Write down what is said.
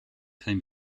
came